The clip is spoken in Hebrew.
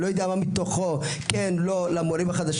אני לא יודע מה מתוכו כן, לא למורים החדשים.